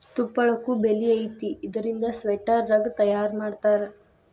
ತುಪ್ಪಳಕ್ಕು ಬೆಲಿ ಐತಿ ಇದರಿಂದ ಸ್ವೆಟರ್, ರಗ್ಗ ತಯಾರ ಮಾಡತಾರ